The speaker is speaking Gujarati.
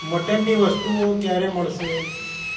મટનની વસ્તુઓ ક્યારે મળશે